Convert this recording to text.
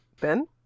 Ben